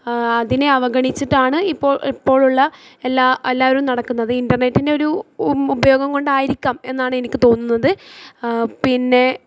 അതിനെ അവഗണിച്ചിട്ടാണ് ഇപ്പോൾ ഇപ്പോഴുള്ള എല്ലാ എല്ലാവരും നടക്കുന്നത് ഇൻ്റർനെറ്റിൻ്റെ ഒരു ഉപയോഗം കൊണ്ടായിരിക്കാം എന്നാണ് എനിക്കു തോന്നുന്നത് പിന്നെ